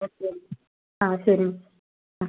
ആ ശരി ആ ശരി ആ